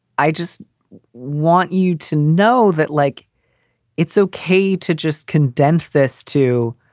i just want you to know that, like it's okay to just condense this too.